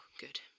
good